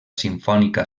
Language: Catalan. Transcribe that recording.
simfònica